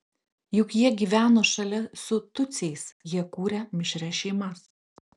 juk jie gyveno šalia su tutsiais jie kūrė mišrias šeimas